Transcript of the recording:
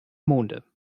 monde